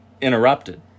interrupted